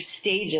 stages